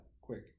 quick